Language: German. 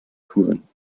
touren